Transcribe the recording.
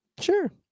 Sure